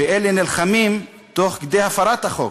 ואלה נלחמים תוך כדי הפרת החוק.